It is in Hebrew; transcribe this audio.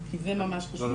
זה ממש חשוב.